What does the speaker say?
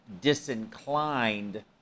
disinclined